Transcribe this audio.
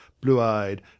blue-eyed